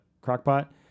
Crock-Pot